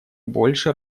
больше